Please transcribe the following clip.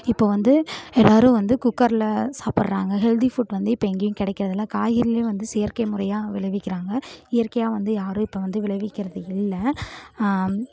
இப்போது வந்து எல்லாரும் வந்து குக்கர்ல சாப்பிட்றாங்க ஹெல்தி ஃபுட் வந்து இப்போ எங்கையும் கிடைக்குறது இல்லை காய்கறிலையும் வந்து செயற்கை முறையாக விளைவிக்கிறாங்க இயற்கையாக வந்து யாரும் இப்போ வந்து விளைவிக்கிறது இல்லை